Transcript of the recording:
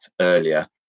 earlier